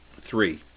three